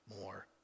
more